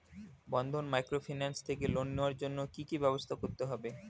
বন্ধন microfinance থেকে loan নেওয়ার জন্য কি কি ব্যবস্থা করতে হবে?